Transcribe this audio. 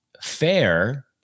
fair